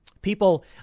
people